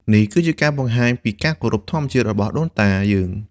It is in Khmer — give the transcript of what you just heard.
នេះគឺជាការបង្ហាញពីការគោរពធម្មជាតិរបស់ដូនតាយើង។